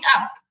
up